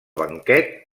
banquet